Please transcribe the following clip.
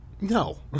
No